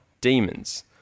demons